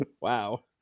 Wow